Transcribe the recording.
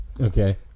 okay